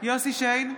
יוסף שיין,